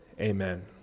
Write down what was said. Amen